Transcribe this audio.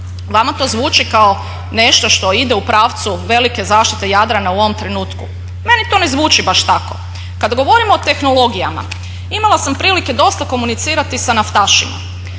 Vama to zvuči kao nešto što ide u pravcu velike zaštite Jadrana u ovom trenutku? Meni to ne zvuči baš tako. Kad govorimo o tehnologijama imala sam prilike dosta komunicirati sa naftašima.